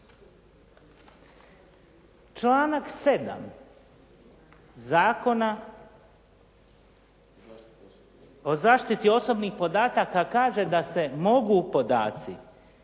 Članak 7. Zakona o zaštiti osobnih podataka kaže da se mogu podaci